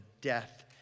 death